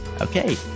okay